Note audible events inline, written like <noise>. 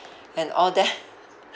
and all that <laughs>